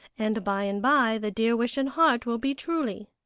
and by and by the dear wish in heart will be truly.